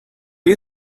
you